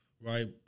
right